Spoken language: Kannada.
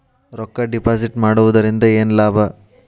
ರೊಕ್ಕ ಡಿಪಾಸಿಟ್ ಮಾಡುವುದರಿಂದ ಏನ್ ಲಾಭ?